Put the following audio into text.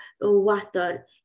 water